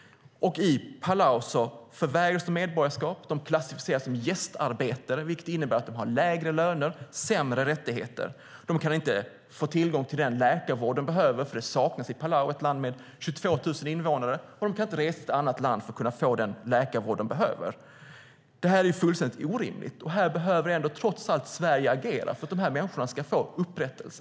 I Palau förvägras de medborgarskap. De klassificeras som gästarbetare, vilket innebär att de har lägre löner och sämre rättigheter. De kan inte få tillgång till den läkarvård de behöver, för det saknas i Palau, ett land med 22 000 invånare. De kan inte resa till ett annat land för att få den läkarvård de behöver. Det är fullständigt orimligt. Sverige behöver agera för att dessa människor ska få upprättelse.